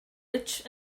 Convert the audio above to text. rich